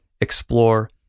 explore